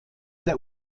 der